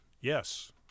Yes